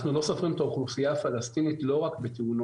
אנחנו לא סופרים את האוכלוסייה הפלסטינית לא רק בתאונות,